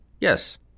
Yes